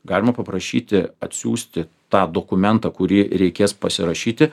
galima paprašyti atsiųsti tą dokumentą kurį reikės pasirašyti